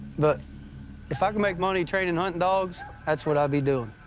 but if i can make money training hunting dogs, that's what i'd be doing.